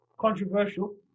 controversial